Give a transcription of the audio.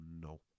no